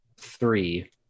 three